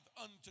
unto